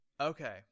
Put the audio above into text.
Okay